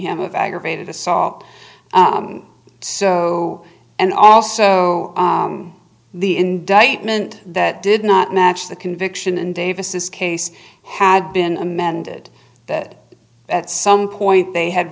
him of aggravated assault so and also the indictment that did not match the conviction and davis's case had been amended that at some point they had